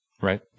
right